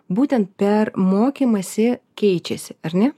būtent per mokymąsi keičiasi ar ne